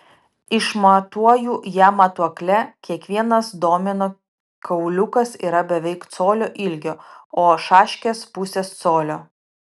išmatuoju ją matuokle kiekvienas domino kauliukas yra beveik colio ilgio o šaškės pusės colio